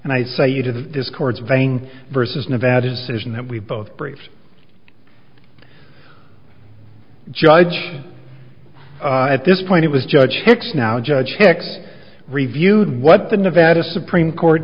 and i say you to the discords vang versus nevada decision that we both braves judge at this point it was judge hicks now judge hicks reviewed what the nevada supreme court